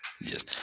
yes